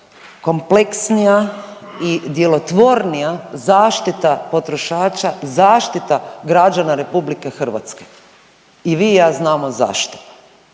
kompleksnija i djelotvornija zaštita potrošača, zaštita građana RH i vi i ja znamo zašto.